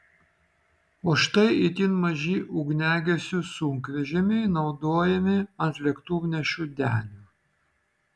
o štai itin maži ugniagesių sunkvežimiai naudojami ant lėktuvnešių denių